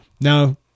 Now